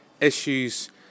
issues